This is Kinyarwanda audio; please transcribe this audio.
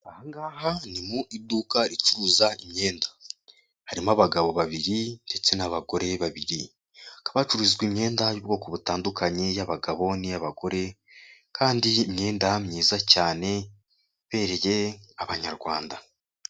Aha ngaha ni mu iduka ricuruza imyenda harimo abagabo babiri ndetse n'abagore babiri. Hakaba hacururizwa imyenda y'ubwoko butandukanye iy'abagabo n'iy'abagore kandi imyenda myiza cyane ibereye abanyarwanda.